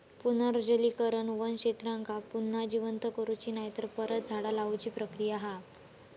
पुनर्जंगलीकरण वन क्षेत्रांका पुन्हा जिवंत करुची नायतर परत झाडा लाऊची प्रक्रिया हा